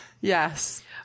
Yes